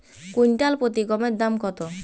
Quintal প্রতি গমের দাম কত?